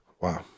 Wow